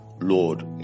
Lord